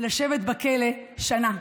לשבת בכלא שנה.